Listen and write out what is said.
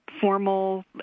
formal